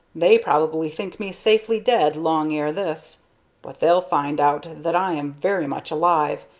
they probably think me safely dead long ere this but they'll find out that i am very much alive,